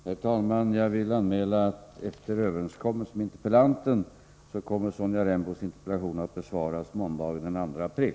Herr talman! Jag vill anmäla att Sonja Rembos interpellation, efter överenskommelse med interpellanten, kommer att besvaras måndagen den 2 april.